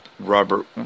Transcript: Robert